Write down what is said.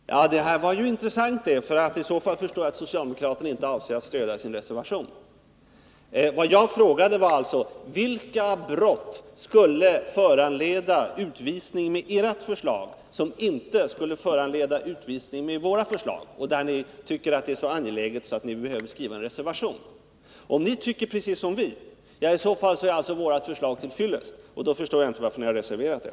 Herr talman! Det här var intressant. I så fall förstår jag att socialdemokraterna inte avser att stödja sin reservation. Vad jag frågade var alltså: Vilka brott skulle föranleda utvisning med ert förslag som inte skulle föranleda utvisning med vårt förslag? Ni tycker ju tydligen att det här är så angeläget att ni måste skriva en reservation. Men om ni tycker precis som vi är alltså vårt förslag till fyllest, och då förstår jag inte varför ni har reserverat er.